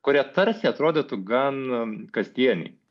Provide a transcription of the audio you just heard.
kurie tarsi atrodytų gan kasdieniai